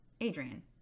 Adrian